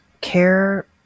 care